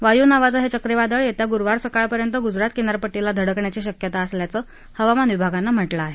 वायू नावाचं हे चक्रीवादळ येत्या गुरुवारी सकाळपर्यंत गुजरात किनारपट्टीला धडकण्याची शक्यता असल्याचं हवामान विभागानं म्हटलं आहे